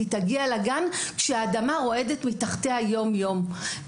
היא תגיע לגן כשהאדמה רועדת מתחתיה יום יום.